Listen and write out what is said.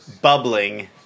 bubbling